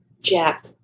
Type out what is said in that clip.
Jack